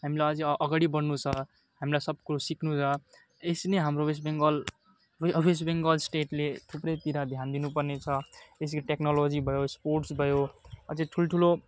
हामीलाई अझै अगाडि बढनु छ हामीलाई सब कुरो सिक्नु छ यसै पनि हाम्रो वेस्ट बङ्गाल वेस्ट बङ्गाल स्टेटले थुप्रैतिर ध्यान दिनुपर्ने छ त्यसै गरी टेक्नोलोजी भयो स्पोर्टस भयो अझै ठुल्ठुलो